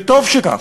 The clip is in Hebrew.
וטוב שכך.